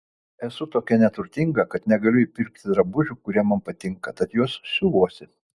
esu tokia neturtinga kad negaliu įpirkti drabužių kurie man patinka tad juos siuvuosi